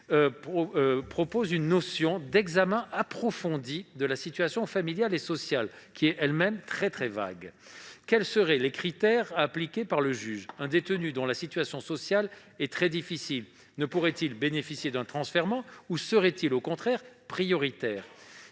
proposer une notion d'« examen approfondi de la situation familiale et sociale » du détenu, qui est très vague. Quels seraient alors les critères appliqués par le juge ? Un détenu dont la situation sociale est très difficile ne pourrait-il bénéficier d'un transfèrement, ou serait-il au contraire prioritaire ?